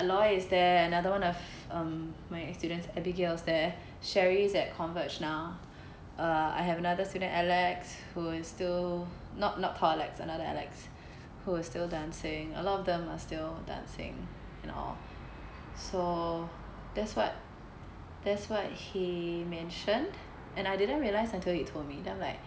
aloy is there another one of um my students abigail is there sherry is at converge now uh I have another student alex who is still not not tall lex another alex who's still dancing a lot of them are still dancing and all so that's what that's what he mentioned and I didn't realise until he told me then I'm like